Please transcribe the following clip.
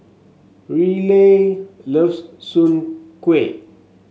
Riley loves Soon Kway